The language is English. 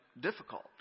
difficult